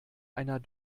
einer